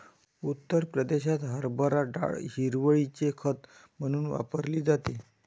उत्तर प्रदेशात हरभरा डाळ हिरवळीचे खत म्हणून वापरली जाते